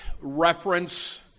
reference